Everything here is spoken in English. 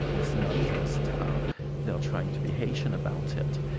it's not just ah they're trying to be haitian about it.